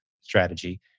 strategy